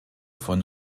von